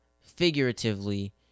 figuratively